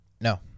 no